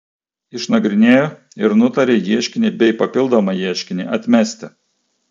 išnagrinėjo ir nutarė ieškinį bei papildomą ieškinį atmesti